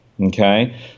okay